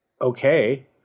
okay